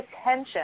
attention